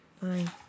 fine